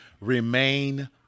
remain